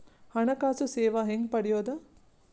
ಹಣಕಾಸು ಸೇವಾ ಹೆಂಗ ಪಡಿಯೊದ?